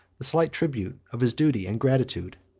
the slight tribute of his duty and gratitude.